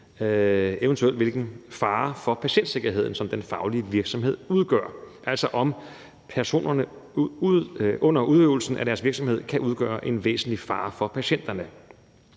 eventuelt udgør en fare for patientsikkerheden, altså om personerne under udøvelsen af deres virksomhed kan udgøre en væsentlig fare for patienterne.